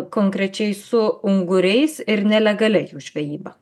konkrečiai su unguriais ir nelegalia jų žvejyba